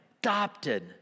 adopted